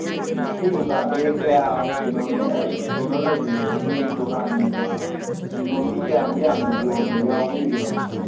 ꯎꯝ ꯁꯤ ꯗꯨꯀꯥꯟꯁꯦ ꯀꯌꯥꯝ ꯀꯩꯅꯣ ꯃꯤꯒꯤ ꯀꯩꯅꯣ ꯂꯩꯕꯤꯕ꯭ꯔꯣ ꯁꯨꯝ ꯗꯨꯀꯥꯟ ꯃꯤ ꯀꯌꯥꯃꯨꯛ ꯌꯥꯝꯅ ꯌꯣꯟꯕ ꯌꯥꯎꯕꯤꯕꯅꯣ